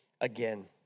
again